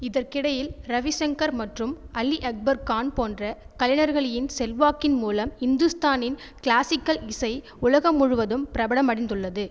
இதற்கிடையில் ரவிசங்கர் மற்றும் அலி அக்பர் கான் போன்ற கலைஞர்களின் செல்வாக்கின் மூலம் இந்துஸ்தானின் கிளாசிக்கல் இசை உலகம் முழுவதும் பிரபலமடைந்துள்ளது